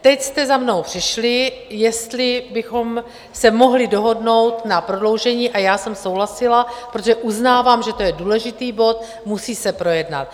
Teď jste za mnou přišli, jestli bychom se mohli dohodnout na prodloužení a já jsem souhlasila, protože uznávám, že to je důležitý bod, musí se projednat.